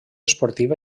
esportiva